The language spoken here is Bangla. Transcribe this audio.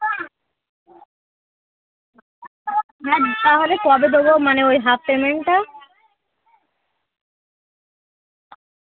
হ্যাঁ তাহলে কবে দোবো মানে ওই হাফ পেমেন্টটা